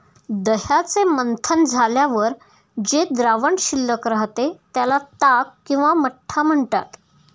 दह्याचे मंथन झाल्यावर जे द्रावण शिल्लक राहते, त्याला ताक किंवा मठ्ठा म्हणतात